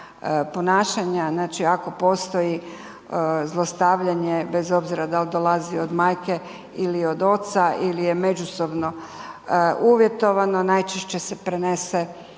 znači ako postoji zlostavljanje bez obzira dal dolazi od majke ili od oca ili je međusobno uvjetovano, najčešće se prenese na